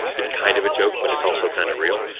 it's kind of a joke but it's also kind of real.